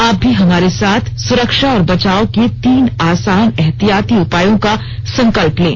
आप भी हमारे साथ सुरक्षा और बचाव के तीन आसान एहतियाती उपायों का संकल्प लें